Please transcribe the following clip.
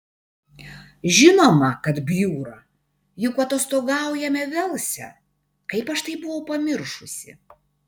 žinoma kad bjūra juk atostogaujame velse kaip aš tai buvau pamiršusi